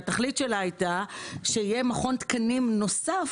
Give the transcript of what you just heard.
שהתכלית שלה הייתה שיהיה מכון תקנים נוסף,